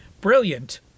brilliant